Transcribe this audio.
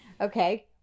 Okay